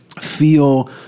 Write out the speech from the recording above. feel